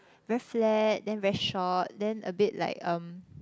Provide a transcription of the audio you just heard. very flat then very short then a bit like um